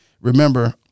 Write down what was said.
Remember